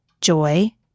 joy